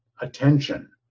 attention